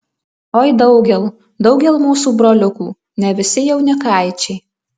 oi daugel daugel mūsų broliukų ne visi jaunikaičiai